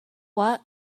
what